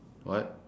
what